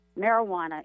marijuana